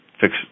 fix